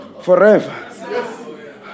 Forever